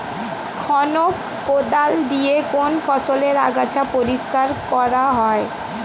খনক কোদাল দিয়ে কোন ফসলের আগাছা পরিষ্কার করা হয়?